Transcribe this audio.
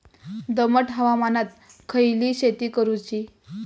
दमट हवामानात खयली शेती करूची?